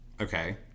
Okay